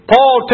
Paul